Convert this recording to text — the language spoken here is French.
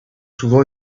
souvent